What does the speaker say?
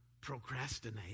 procrastinate